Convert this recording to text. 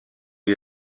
wir